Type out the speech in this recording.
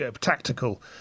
tactical